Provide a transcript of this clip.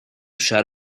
shut